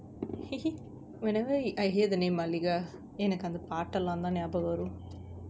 whenever I hear the name mallika எனக்கு அந்த பாட்டெல்லாந்தா ஞாபகம் வரும்:enakku antha paattellaanthaa nabagam varum